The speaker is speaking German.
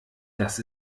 das